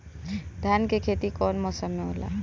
धान के खेती कवन मौसम में होला?